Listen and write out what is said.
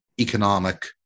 economic